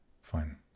Fine